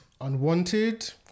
Unwanted